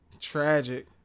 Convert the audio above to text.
Tragic